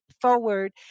forward